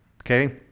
okay